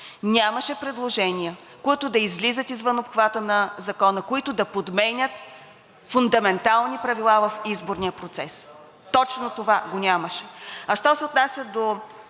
Нямаше предложения, които да излизат извън обхвата на Закона, които да подменят фундаментални правила в изборния процес! Точно това го нямаше!